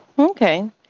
Okay